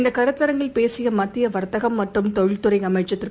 இந்தகருத்தரங்கில் பேசியமத்தியவர்த்தகம் மற்றும் தொழில்துறைஅமைச்சர் திரு